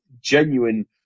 genuine